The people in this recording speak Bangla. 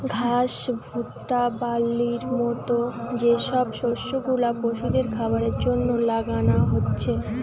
ঘাস, ভুট্টা, বার্লির মত যে সব শস্য গুলা পশুদের খাবারের জন্যে লাগানা হচ্ছে